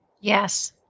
Yes